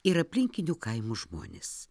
ir aplinkinių kaimų žmonės